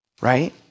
right